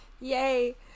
yay